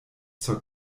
zur